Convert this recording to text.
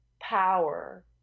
power